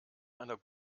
einer